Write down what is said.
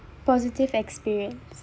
positive experience